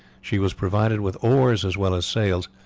she was provided with oars as well as sails,